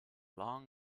long